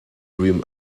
room